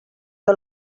que